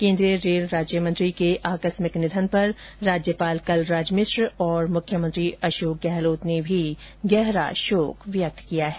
केन्द्रीय रेल राज्य मंत्री सुरेश अंगड़ी के आकस्मिक निधन पर राज्यपाल कलराज मिश्र और मुख्यमंत्री अशोक गहलोत ने भी गहरा शोक व्यक्त किया है